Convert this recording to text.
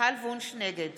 נגד